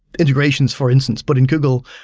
integrations, for instance. but in google,